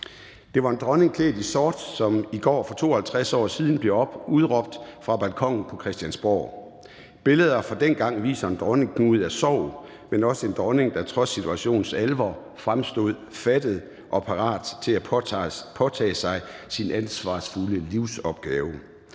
Det var en dronning klædt i sort, som i går for 52 år siden blev udråbt fra balkonen på Christiansborg. Billeder fra dengang viser en dronning knuget af sorg, men også en dronning, der trods situationens alvor fremstod fattet og parat til at påtage sig sin ansvarsfulde livsopgave.